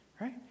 right